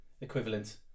Equivalent